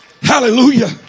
Hallelujah